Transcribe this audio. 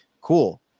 Cool